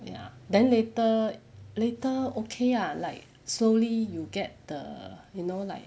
ya then later later okay lah like slowly you get the you know like